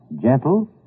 gentle